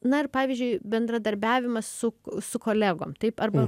na ir pavyzdžiui bendradarbiavimas su su kolegom taip arba